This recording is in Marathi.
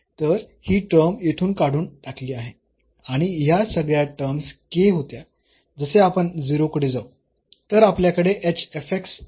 तर ही टर्म येथुन काढून टाकली आहे आणि ह्या सगळ्या टर्म्स होत्या जशे आपण 0 कडे जाऊ